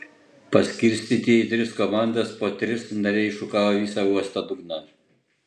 paskirstyti į tris komandas po tris narai šukavo visą uosto dugną